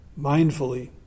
mindfully